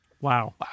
Wow